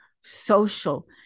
social